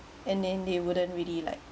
and then they wouldn't really like